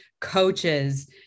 coaches